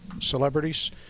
celebrities